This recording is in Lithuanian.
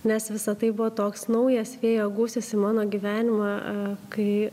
nes visa tai buvo toks naujas vėjo gūsis į mano gyvenimą kai